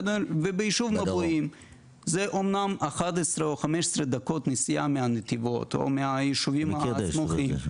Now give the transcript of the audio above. ביישוב מבועים זה אמנם 11 או 15 דקות מנתיבות או מהיישובים הסמוכים.